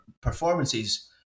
performances